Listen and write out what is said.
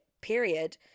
period